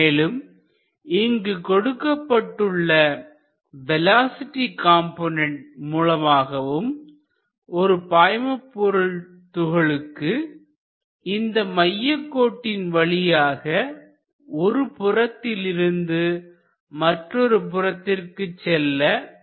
மேலும் இங்கு கொடுக்கப்பட்டுள்ள வேலோஸிட்டி காம்போனன்டு மூலமாகவும் ஒரு பாய்மபொருள் துகளுக்கு இந்த மையக் கோட்டின் வழியாக ஒரு புறத்திலிருந்து மற்றொரு புறத்திற்கு செல்ல எடுத்துக்கொள்ளும் நேரத்தை கணக்கிட முடியும்